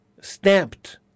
stamped